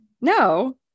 No